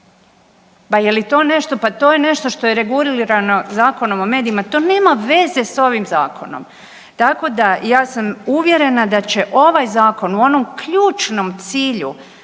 Pa je li to nešto? Pa to je nešto što je regulirano Zakonom o medijima. To nema veze s ovim Zakonom. Tako da ja sam uvjerena da će ovaj Zakon u onom ključnom cilju